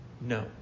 no